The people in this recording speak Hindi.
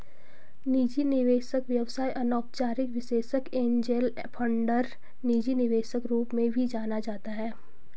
निजी निवेशक व्यवसाय अनौपचारिक निवेशक एंजेल फंडर निजी निवेशक रूप में भी जाना जाता है